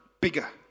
bigger